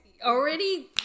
Already